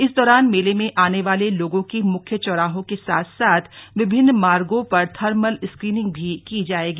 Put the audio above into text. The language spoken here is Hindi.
इस दौरान मेले में आने वाले लोगों की मुख्य चौराहों के साथ साथ विभिन्न मार्गों पर थर्मल स्क्रीनिंग भी की जाएगी